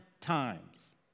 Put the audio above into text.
times